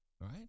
right